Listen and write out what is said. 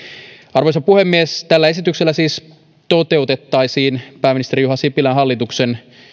arvoisa puhemies tällä esityksellä siis toteutettaisiin pääministeri juha sipilän hallituksen